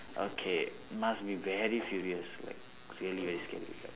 okay must be very furious like really very scary